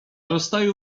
rozstaju